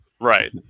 Right